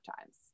Times